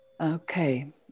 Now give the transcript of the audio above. Okay